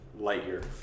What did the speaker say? Lightyear